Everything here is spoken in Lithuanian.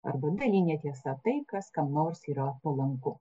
arba dalinė tiesa tai kas kam nors yra palanku